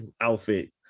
outfit